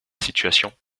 situation